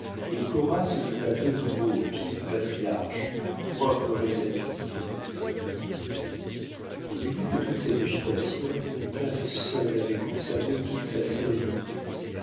et cora se jeta de nouveau aux pieds du patriarche pour implorer sa pitié au milieu de toute cette agitation uncas seul avait conservé toute sa sérénité